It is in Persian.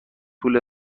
طول